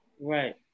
Right